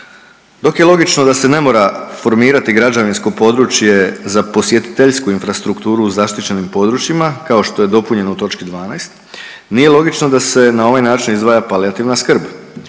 Dok je logično da se ne mora formirati građevinsko područje za posjetiteljsku infrastrukturu u zaštićenim područjima kao što je dopunjeno u točki 12. nije logično da se na ovaj način izdvaja palijativna skrb.